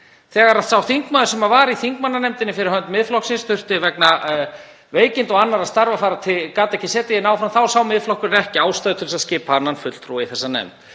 Þegar sá þingmaður sem var í þingmannanefndinni fyrir hönd Miðflokksins gat vegna veikinda og annarra starfa ekki setið áfram þá sá Miðflokkurinn ekki ástæðu til þess að skipa annan fulltrúa í þessa nefnd.